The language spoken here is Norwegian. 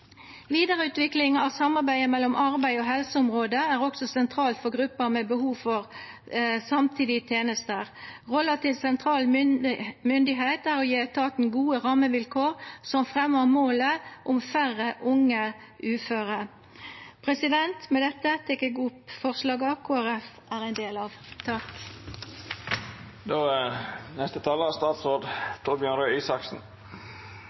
Vidareutvikling av samarbeidet mellom arbeid og helseområdet er også sentralt for gruppa med behov for samtidige tenester. Rolla til sentral myndigheit er å gje etaten gode rammevilkår som fremjar målet om færre unge uføre. I et stort velferdssystem som det norske er en av de evige utfordringene å få forskjellige deler av